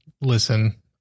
listen